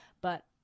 but-